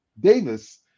Davis